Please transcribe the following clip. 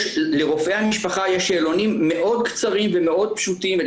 לרופאי המשפחה יש שאלונים מאוד קצרים ומאוד פשוטים ואני